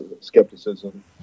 skepticism